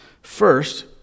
First